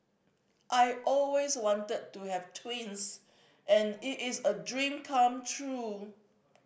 I always wanted to have twins and it is a dream come true